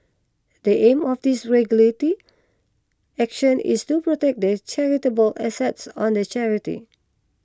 the aim of this regulatory action is still protect the charitable assets of the charity